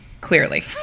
Clearly